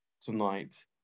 tonight